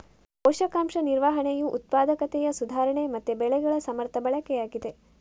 ಪೋಷಕಾಂಶ ನಿರ್ವಹಣೆಯು ಉತ್ಪಾದಕತೆಯ ಸುಧಾರಣೆ ಮತ್ತೆ ಬೆಳೆಗಳ ಸಮರ್ಥ ಬಳಕೆಯಾಗಿದೆ